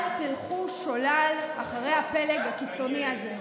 אל תלכו שולל אחרי הפלג הקיצוני הזה.